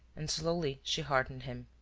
and slowly she heartened him.